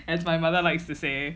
that my mother likes to say